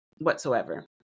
whatsoever